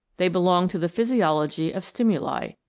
they belong to the physiology of stimuli,